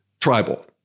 tribal